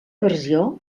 versió